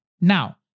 Now